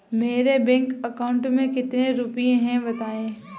मेरे bank account में कितने रुपए हैं बताएँ?